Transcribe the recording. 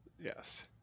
Yes